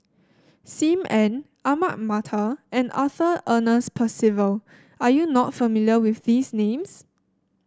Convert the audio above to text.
Sim Ann Ahmad Mattar and Arthur Ernest Percival are you not familiar with these names